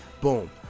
Boom